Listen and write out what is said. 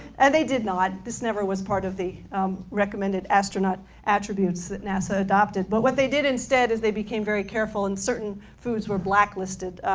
and they did not. this was never was part of the recommended astronaut attributes that nasa adopted. but what they did instead, is they became very careful in certain foods were blacklisted.